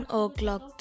o'clock